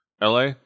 LA